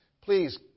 Please